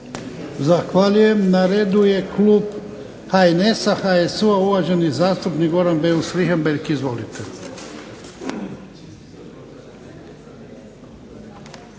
Zahvaljujem. Na redu je klub HNS-HSU-a, uvaženi zastupnik Goran Beus Richembergh. Izvolite.